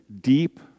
deep